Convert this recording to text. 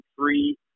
three